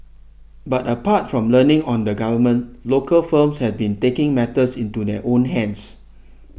but apart from learning on the Government local firms have been taking matters into their own hands